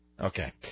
Okay